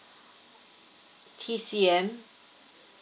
t c m